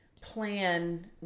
plan